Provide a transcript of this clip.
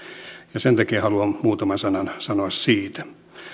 ja sen takia haluan muutaman sanan sanoa siitä